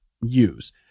use